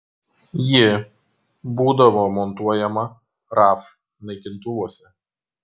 ji būdavo montuojama raf naikintuvuose